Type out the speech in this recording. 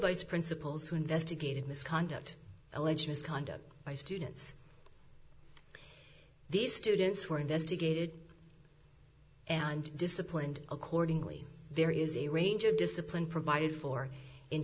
vice principals who investigated misconduct alleged misconduct by students these students were investigated and disciplined accordingly there is a range of discipline provided for in